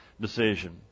decision